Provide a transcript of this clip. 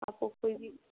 आपको कोई भी